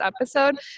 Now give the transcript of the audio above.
episode